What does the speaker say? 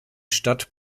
stadt